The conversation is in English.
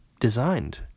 designed